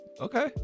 Okay